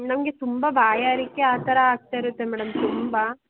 ನನ್ಗೆ ತುಂಬಾ ಬಾಯಾರಿಕೆ ಆ ಥರ ಆಗ್ತಾ ಇರುತ್ತೆ ಮೇಡಮ್ ತುಂಬಾ